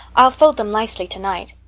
i'll fold them nicely tonight.